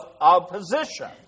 opposition